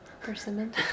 Persimmon